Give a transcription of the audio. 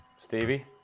stevie